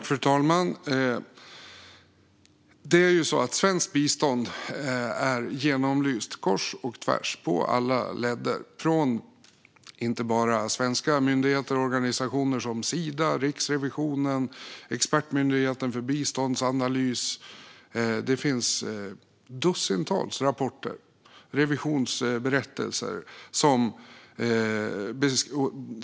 Fru talman! Svenskt bistånd är genomlyst kors och tvärs på alla ledder, och inte bara av svenska myndigheter och organisationer som Sida, Riksrevisionen och Expertgruppen för biståndsanalys. Det finns dussintals rapporter och revisionsberättelser.